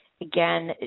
Again